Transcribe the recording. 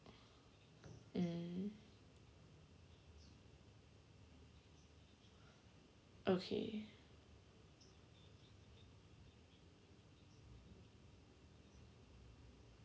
(uh huh) okay